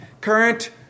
current